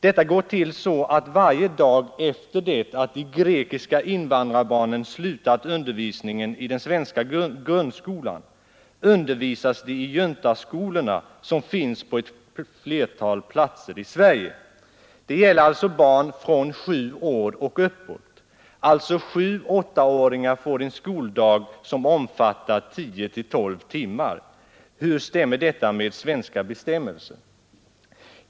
Detta går till så att varje dag efter det att de grekiska invandrarbarnen slutat undervisningen i den svenska grundskolan, undervisas de i juntaskolorna som finns på ett flertal platser i Sverige. Det gäller barn från sju år och uppåt. Alltså får sjuoch åttaåringar en skoldag som omfattar 10—12 timmar. Hur stämmer det med svenska bestämmelser?